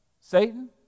Satan